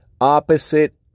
opposite